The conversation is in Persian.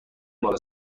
بالا